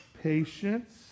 patience